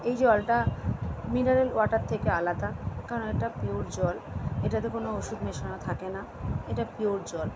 এই জলটা mineral water থেকে আলাদা কারণ এটা পিওর জল এটাতে কোনো ওষুদ মেশানো থাকে না এটা পিওর জল